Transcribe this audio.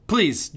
Please